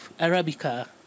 arabica